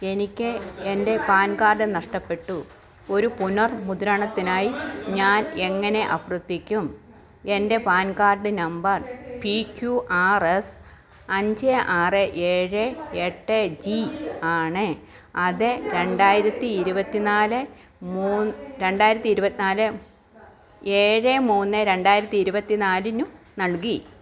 എനിക്ക് എൻ്റെ PAN card നഷ്ടപ്പെട്ടു ഒരു പുനർമുദ്രണത്തിനായി ഞാൻ എങ്ങനെ അഭ്യർത്ഥിക്കും എൻ്റെ PAN card number P Q R S അഞ്ച് ആറ് ഏഴ് എട്ട് ജി ആണ് അത് രണ്ടായിരത്തി ഇരുപത്തിന്നാല് രണ്ടായിരത്തി ഇരുപത്തിന്നാല് ഏഴ് മൂന്ന് രണ്ടായിരത്തി ഇരുപത്തിന്നാലിന് നൽകി